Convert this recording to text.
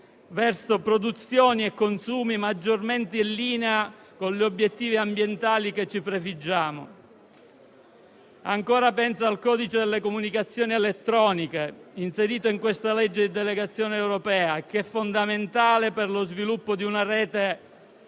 verso produzioni e consumi maggiormente in linea con gli obiettivi ambientali che ci prefiggiamo. Penso inoltre al codice delle comunicazioni elettroniche inserito in questo disegno di legge di delegazione europea, fondamentale per lo sviluppo di una rete